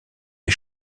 est